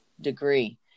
degree